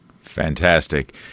Fantastic